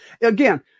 again